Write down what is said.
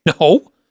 No